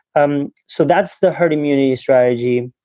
um so that's the herd immunity strategy.